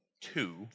two